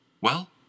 Well